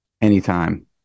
anytime